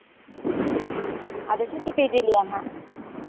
ᱟᱫᱚ ᱪᱮᱫ ᱛᱮᱯᱮ ᱤᱫᱤ ᱞᱮᱭᱟ ᱱᱟᱜ